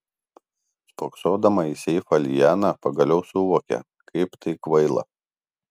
spoksodama į seifą liana pagaliau suvokė kaip tai kvaila